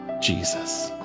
Jesus